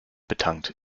betankt